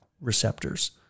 receptors